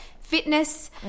fitness